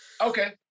Okay